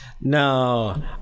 No